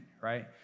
right